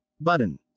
button